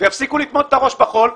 ותפסיק לטמון את הראש בחול.